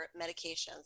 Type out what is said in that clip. medications